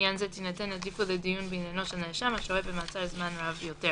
לעניין זה תינתן עדיפות לדיון בעניינו של נאשם השוהה במעצר זמן רב יותר,